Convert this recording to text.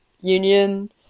Union